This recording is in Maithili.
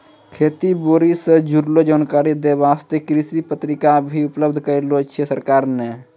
खेती बारी सॅ जुड़लो जानकारी दै वास्तॅ कृषि पत्रिका भी उपलब्ध कराय छै सरकार नॅ